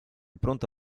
pronto